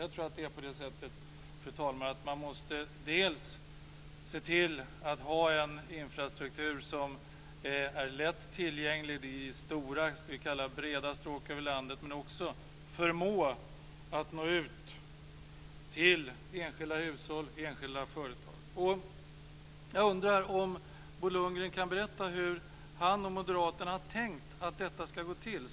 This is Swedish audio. Jag tror att det är på det sättet, fru talman, att man måste se till att ha en infrastruktur som dels är lätt tillgänglig, i stora, breda stråk över landet, dels förmår nå ut till enskilda hushåll och enskilda företag. Jag undrar om Bo Lundgren kan berätta hur han och Moderaterna har tänkt att detta ska gå till.